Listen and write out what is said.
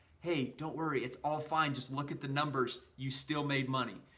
hey, don't worry. it's all fine. just look at the numbers. you still made money,